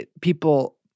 people